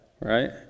right